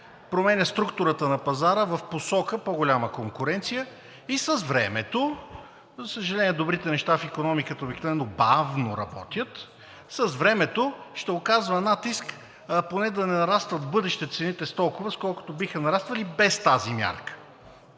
променя структурата на пазара в посока по-голяма конкуренция и с времето – за съжаление, добрите неща в икономиката обикновено бавно работят, с времето ще оказва натиск поне да не нарастват в бъдеще цените с толкова, с колкото биха нараствали без тази мярка.